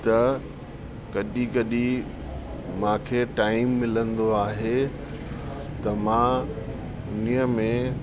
त कॾहिं कॾहिं मूंखे टाइम मिलंदो आहे त मां उन्हीअ में